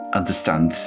understand